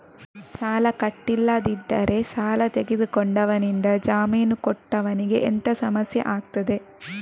ಸಾಲ ಕಟ್ಟಿಲ್ಲದಿದ್ದರೆ ಸಾಲ ತೆಗೆದುಕೊಂಡವನಿಂದ ಜಾಮೀನು ಕೊಟ್ಟವನಿಗೆ ಎಂತ ಸಮಸ್ಯೆ ಆಗ್ತದೆ?